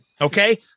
Okay